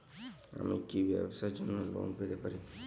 আমি কি ব্যবসার জন্য লোন পেতে পারি?